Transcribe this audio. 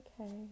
Okay